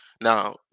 Now